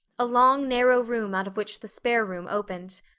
a long narrow room out of which the spare room opened.